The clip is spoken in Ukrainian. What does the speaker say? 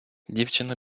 дівчина